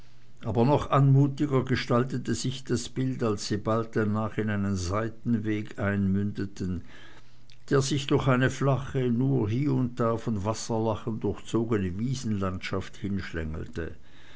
aber noch anmutiger gestaltete sich das bild als sie bald danach in einen seitenweg einmündeten der sich durch eine flache nur hie und da von wasserlachen durchzogene wiesenlandschaft